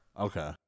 Okay